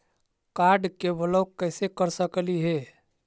Card के block कैसे कर सकली हे?